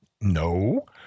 No